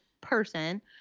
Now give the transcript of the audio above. person